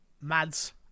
Mads